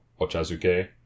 Ochazuke